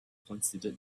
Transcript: considered